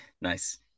Nice